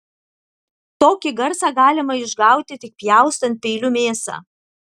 tokį garsą galima išgauti tik pjaustant peiliu mėsą